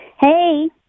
Hey